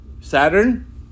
Saturn